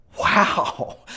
wow